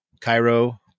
Cairo